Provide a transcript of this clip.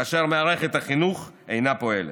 כאשר מערכת החינוך אינה פועלת.